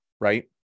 right